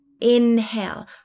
Inhale